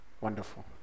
Wonderful